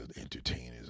entertainers